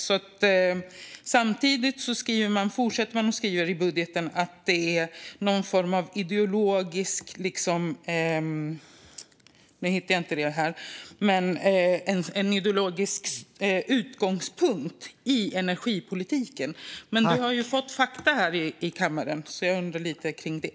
Nu hittar jag inte rätt stycke i budgetförslaget, men man skriver där om en ideologisk utgångspunkt i energipolitiken. Du har dock fått fakta här i kammaren, Mattias Bäckström Johansson, så jag undrar lite kring det.